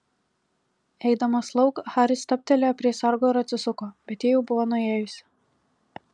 eidamas lauk haris stabtelėjo prie sargo ir atsisuko bet ji jau buvo nuėjusi